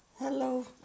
Hello